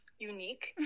unique